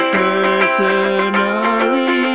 personally